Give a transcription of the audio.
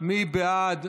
מי בעד?